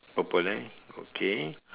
purple eh okay